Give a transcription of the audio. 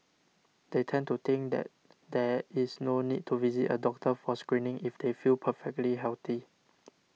they tend to think that there is no need to visit a doctor for screening if they feel perfectly healthy